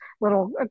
little